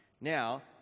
Now